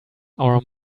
our